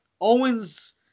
Owens